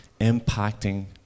impacting